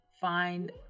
find